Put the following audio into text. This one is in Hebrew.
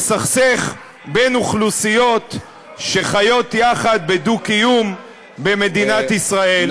לסכסך בין אוכלוסיות שחיות יחד בדו-קיום במדינת ישראל.